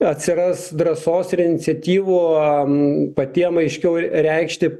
atsiras drąsos ir iniciatyvų patiem aiškiau reikšti